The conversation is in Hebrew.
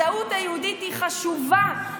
הזהות היהודית היא חשובה.